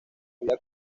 vida